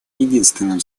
единственным